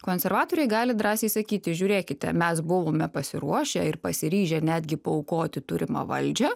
konservatoriai gali drąsiai sakyti žiūrėkite mes buvome pasiruošę ir pasiryžę netgi paaukoti turimą valdžią